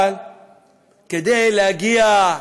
אבל כדי להגיע,